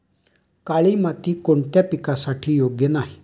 काळी माती कोणत्या पिकासाठी योग्य नाही?